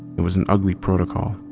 it was an ugly protocol,